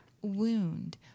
wound